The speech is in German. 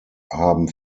haben